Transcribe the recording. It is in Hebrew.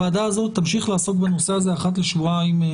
הוועדה הזאת תמשיך לעסוק בנושא הזה אחת לשבועיים-שלושה.